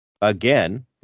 again